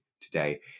today